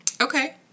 Okay